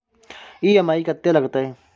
EMI कत्ते लगतै?